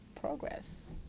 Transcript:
progress